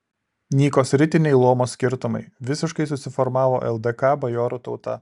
nyko sritiniai luomo skirtumai visiškai susiformavo ldk bajorų tauta